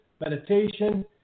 meditation